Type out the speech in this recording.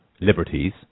liberties